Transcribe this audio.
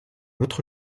autre